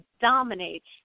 dominates